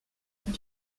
und